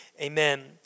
amen